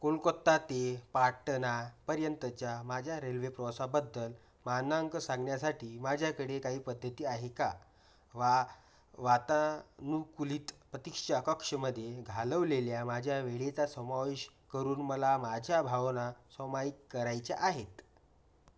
कोलकाता ते पाटणापर्यंतच्या माझ्या रेल्वे प्रवासाबद्दल मानांकन सांगण्यासाठी माझ्याकडे काही पद्धती आहे का वा वातानुकुलित प्रतीक्षा कक्षामध्ये घालवलेल्या माझ्या वेळेचा समावेश करून मला माझ्या भावना सामायिक करायच्या आहेत